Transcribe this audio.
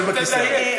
שב בכיסא.